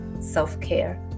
self-care